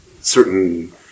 certain